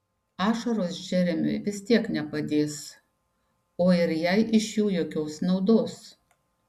ašaros džeremiui vis tiek nepadės o ir jai iš jų jokios naudos